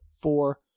four